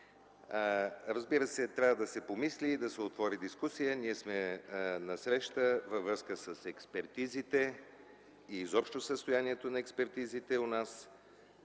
Разбира се, трябва да се помисли и да се отвори дискусия, ние сме насреща, във връзка с експертизите, изобщо състоянието на експертизите у нас,